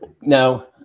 now